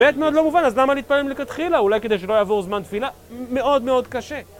באמת מאוד לא מובן, אז למה להתפלל מלכתחילה? אולי כדי שלא יעבור זמן תפילה? מאוד מאוד קשה.